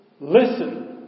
Listen